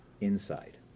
Inside